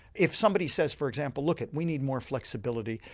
if somebody says for example look, we need more flexibility,